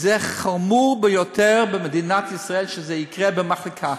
וחמור מאוד במדינת ישראל שזה יקרה במחלקה.